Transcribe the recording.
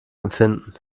empfinden